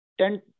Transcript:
ten